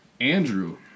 Andrew